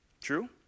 True